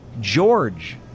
George